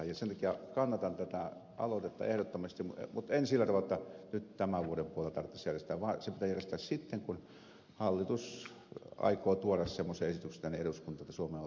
sen takia kannatan tätä aloitetta ehdottomasti mutta en sillä tavalla että nyt tämän vuoden puolella tarvitsisi järjestää vaan se pitää järjestää sitten kun hallitus aikoo tuoda semmoisen esityksen tänne eduskuntaan että suomen on liityttävä natoon